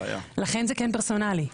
לכן זה כן פרסונלי.